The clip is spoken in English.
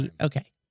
Okay